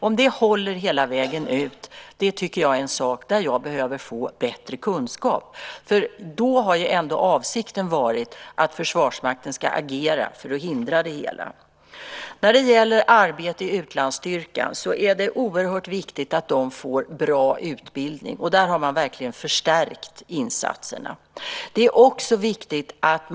Om det håller hela vägen ut tycker jag är en fråga som jag behöver få bättre kunskap om. Avsikten har ändå varit att Försvarsmakten ska agera för att hindra det hela. När det gäller arbete i utlandsstyrkor är det oerhört viktigt att de får bra utbildning, och där har insatserna verkligen förstärkts.